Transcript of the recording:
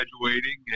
graduating